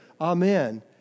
amen